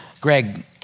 Greg